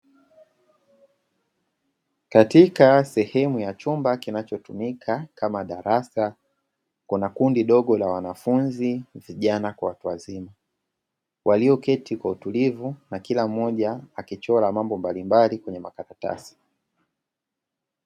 Katika sehemu ya chumba kinachotumika kama darasa, kuna kundi dogo la wanafunzi, vijana kwa watu wazima walioketi kwa utulivu na kila mmoja akichora mambo mbali mbali kwenye makaratasi.